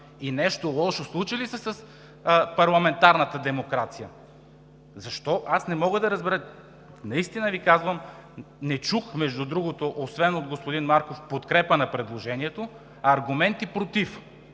И нещо лошо случи ли се с парламентарната демокрация? Защо? Не мога да разбера. Наистина Ви казвам не чух, между другото, освен от господин Марков, в подкрепа на предложението аргументи „против“.